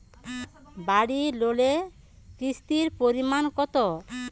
বাড়ি লোনে কিস্তির পরিমাণ কত?